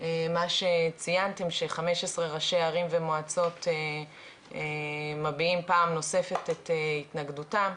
מה שציינתם ש-15 ראשי ערים ומועצות מביעים פעם נוספת את התנגדותם.